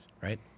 right